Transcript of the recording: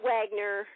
Wagner